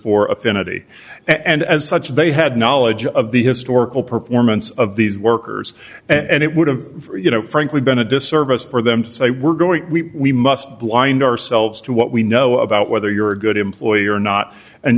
or affinity and as such they had knowledge of the historical performance of these workers and it would have you know frankly been a disservice for them to say we're going we we must blind ourselves to what we know about whether you're a good employee or not and